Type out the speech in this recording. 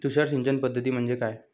तुषार सिंचन पद्धती म्हणजे काय?